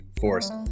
force